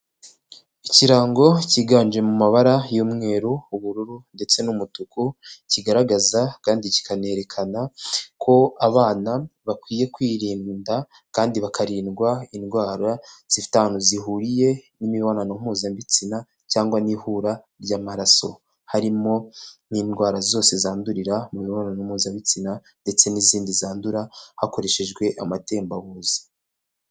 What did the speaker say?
Ikirango cyiganje mu mabara y'umweru, ubururu ndetse n'umutuku kigaragaza kandi kikanerekana ko abana bakwiye kwirinda kandi bakarindwa indwara zifite ahantu zihuriye n'imibonano mpuzabitsina cyangwa n'ihura ry'amaraso, harimo n'indwara zose zandurira mu mibonano mpuzabitsina ndetse n'izindi zandura hakoreshejwe amatembabuzi.